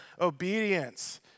Obedience